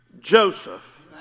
Joseph